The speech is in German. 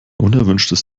unerwünschtes